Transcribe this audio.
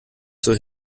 zur